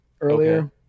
earlier